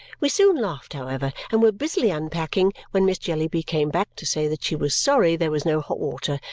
we soon laughed, however, and were busily unpacking when miss jellyby came back to say that she was sorry there was no hot water,